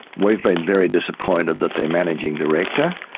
we've been very disappointed that their managing director,